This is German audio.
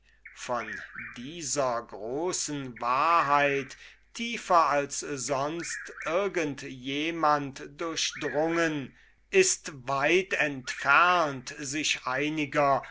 von dieser großen wahrheit tiefer als sonst irgend jemand durchdrungen ist weit entfernt sich einiger